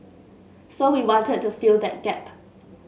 so we wanted to fill that gap